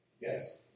Yes